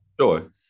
Sure